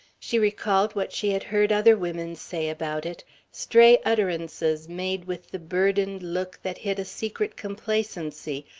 she recalled what she had heard other women say about it stray utterances, made with the burdened look that hid a secret complacency,